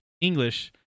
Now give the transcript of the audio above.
English